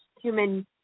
human